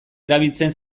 erabiltzen